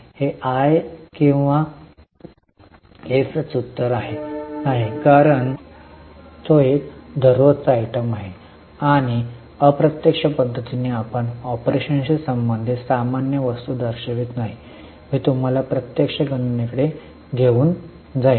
हे मी किंवा च उत्तर आहे नाही कारण ते एक दररोजची आयटम आहे आणि अप्रत्यक्ष पद्धतीने आपण ऑपरेशन्सशी संबंधित सामान्य वस्तू दर्शवित नाही मी तुम्हाला प्रत्यक्ष गणनाकडे घेऊन जाईन